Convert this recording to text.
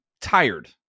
tired